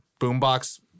boombox